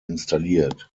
installiert